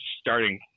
starting